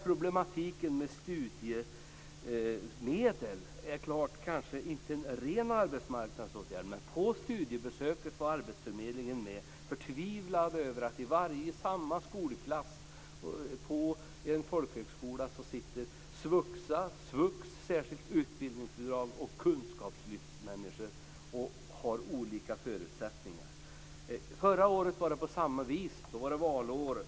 Problemen med studiemedel är inte en ren arbetsmarknadsfråga. Vid studiebesöket var även arbetsförmedlingen representerad. Man var förtvivlad över att i en klass på en folkhögskola finns människor med svuxa, svux, särskilt utbildningsbidrag och de som deltar i kunskapslyftet. De har alla olika förutsättningar. Det var likadant förra året, och då var det valår.